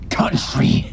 country